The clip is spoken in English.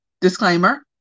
disclaimer